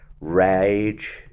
rage